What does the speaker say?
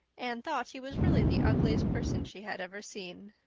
anne thought he was really the ugliest person she had ever seen.